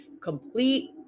complete